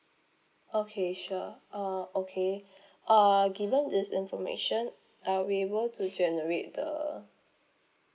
okay sure uh okay uh given this information I'll be able to generate the